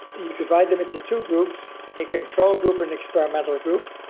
you divide them into two groups, a controlled group and experimental group.